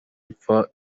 ipfa